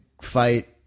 fight